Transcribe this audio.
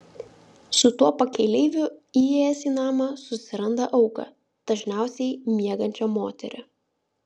su tuo pakeleiviu įėjęs į namą susiranda auką dažniausiai miegančią moterį